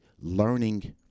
learning